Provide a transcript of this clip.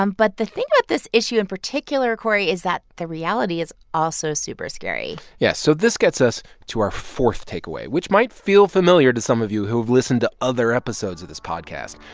um but the thing that this issue in particular, cory, is that the reality is also super scary yeah, so this gets us to our fourth takeaway, which might feel familiar to some of you who've listened to other episodes of this podcast.